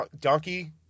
donkey